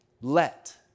Let